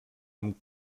amb